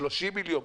30 מיליון,